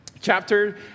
Chapter